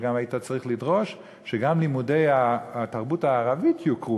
שגם היית צריך לדרוש שגם לימודי התרבות הערבית יוכרו.